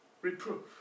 Reproof